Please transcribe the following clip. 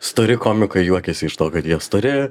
stori komikai juokiasi iš to kad jie stori